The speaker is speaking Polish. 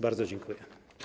Bardzo dziękuję.